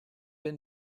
been